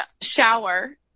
shower